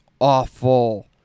awful